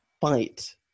fight